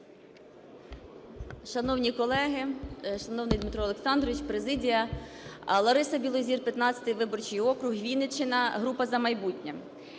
Шановні колеги, шановний Дмитро Олександрович, президія! Лариса Білозір, 15 виборчий округ, Вінниччина, група "За майбутнє".